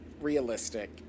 realistic